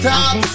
Top